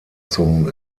zum